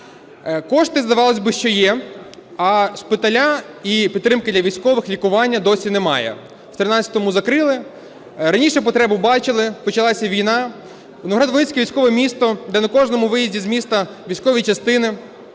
Кошти, здавалось би, що є, а шпиталю і підтримки для військових, лікування ще немає. В 2013 закрили. Раніше потребу бачили, почалася війна, Новоград-Волинський – військове місто, де на кожному виїзді з міста – військові частини,